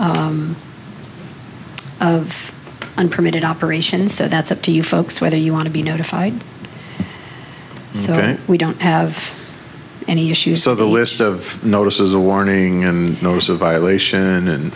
of unpermitted operation so that's up to you folks whether you want to be notified so we don't have any issues so the list of notices a warning notice of violation and